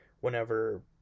Whenever